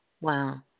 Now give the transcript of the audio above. Wow